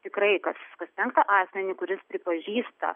tikrai kas kas penktą asmenį kuris pripažįsta